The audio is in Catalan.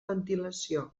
ventilació